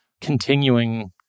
continuing